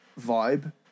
vibe